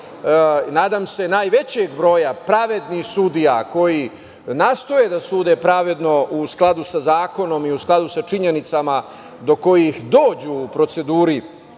nadam se najvećeg broja, pravednih sudija koji nastoje da sude pravedno u skladu sa zakonom i u skladu sa činjenicama do kojih dođu u proceduri